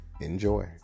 Enjoy